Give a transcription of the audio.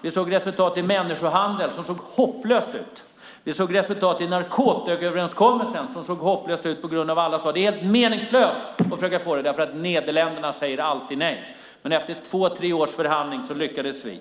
Vi såg resultat i fråga om människohandel, som såg hopplöst ut. Vi såg resultat i narkotikaöverenskommelsen. Det såg hopplöst ut på grund av att alla sade att det var meningslöst att försöka få det därför att Nederländerna alltid säger nej. Men efter två tre års förhandling lyckades vi.